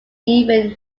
even